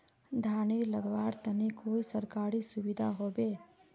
धानेर लगवार तने कोई सरकारी सुविधा होबे?